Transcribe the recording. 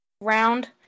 round